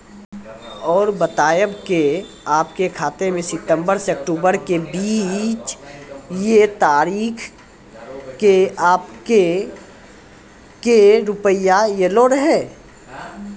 और बतायब के आपके खाते मे सितंबर से अक्टूबर के बीज ये तारीख के आपके के रुपिया येलो रहे?